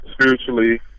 spiritually